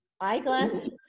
eyeglasses